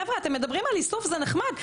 חבר'ה, אתם מדברים על איסוף, זה נחמד.